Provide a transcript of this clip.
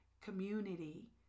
community